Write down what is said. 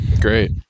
Great